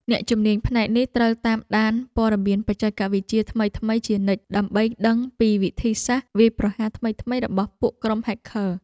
អ្នកជំនាញផ្នែកនេះត្រូវតាមដានព័ត៌មានបច្ចេកវិទ្យាថ្មីៗជានិច្ច ដើម្បីដឹងពីវិធីសាស្ត្រវាយប្រហារថ្មីៗរបស់ពួកក្រុមហែកឃ័រ។